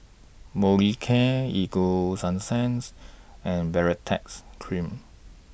Molicare Ego Sunsense and Baritex Cream